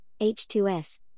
h2s